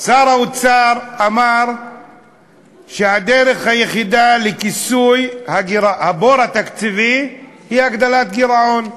שר האוצר אמר שהדרך היחידה לכיסוי הבור התקציבי היא הגדלת גירעון.